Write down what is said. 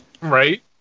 Right